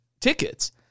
tickets